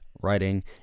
writing